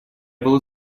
было